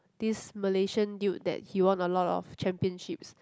this Malaysian dude that he won a lot of championships